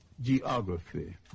geography